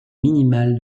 minimal